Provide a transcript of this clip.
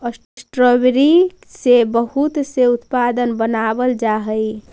strawberry से बहुत से उत्पाद बनावाल जा हई